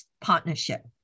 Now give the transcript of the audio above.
partnership